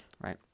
right